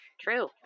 True